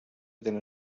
tenen